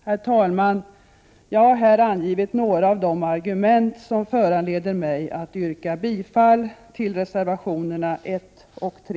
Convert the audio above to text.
Herr talman! Jag har här angivit några av de argument som föranleder mig att yrka bifall till reservationerna nr 1 och 3.